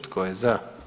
Tko je za?